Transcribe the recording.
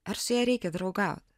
ar su ja reikia draugaut